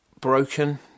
broken